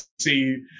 see